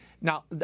Now